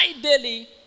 daily